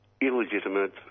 illegitimate